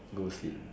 go sleep